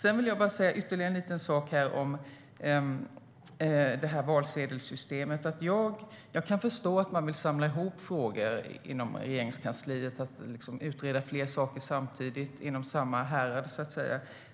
Jag vill säga ytterligare en liten sak om valsedelssystemet. Jag kan förstå att man vill samla ihop frågor inom Regeringskansliet och utreda flera saker samtidigt inom samma härad, så att säga.